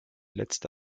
letzte